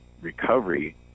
recovery